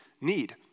need